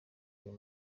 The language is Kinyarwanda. uyu